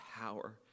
power